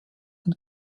und